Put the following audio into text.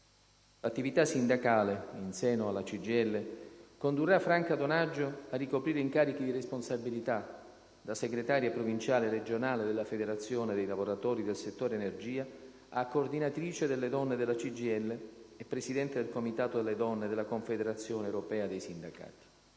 L'attività sindacale in seno alla CGIL condurrà Franca Donaggio a ricoprire incarichi di responsabilità, da segretario provinciale e regionale della Federazione dei lavoratori del settore energia a coordinatrice delle donne della CGIL e a presidente del comitato delle donne della Confederazione europea dei sindacati.